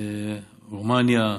רומניה,